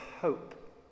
hope